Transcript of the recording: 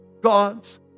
God's